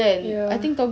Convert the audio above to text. ya